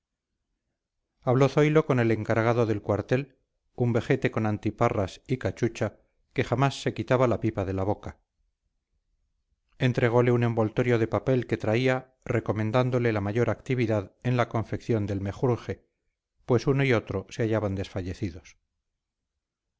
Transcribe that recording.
habló zoilo con el encargado del cuartel un vejete con antiparras y cachucha que jamás se quitaba la pipa de la boca entregole un envoltorio de papel que traía recomendándole la mayor actividad en la confección del menjurje pues uno y otro se hallaban desfallecidos